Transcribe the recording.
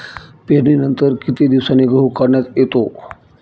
पेरणीनंतर किती दिवसांनी गहू काढण्यात येतो?